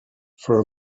for